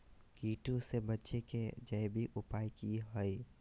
कीटों से बचे के जैविक उपाय की हैय?